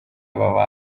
baba